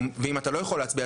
ואם אתה לא יכול להצביע,